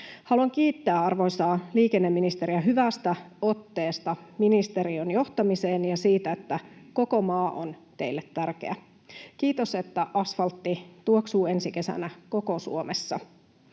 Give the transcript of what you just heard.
Haluan kiittää arvoisaa liikenneministeriä hyvästä otteesta ministeriön johtamisessa ja siitä, että koko maa on teille tärkeä. Kiitos, että asfaltti tuoksuu ensi kesänä koko Suomessa.